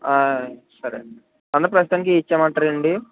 సరే అండి అండి ప్రస్తుతానికి ఇవి ఇచ్చేమంటారా అండి